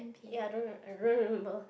ya I don't r~ remember